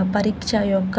ఆ పరీక్ష యొక్క